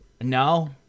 no